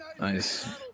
Nice